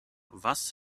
was